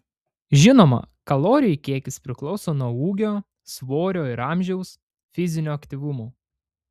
žinoma kalorijų kiekis priklauso nuo ūgio svorio ir amžiaus fizinio aktyvumo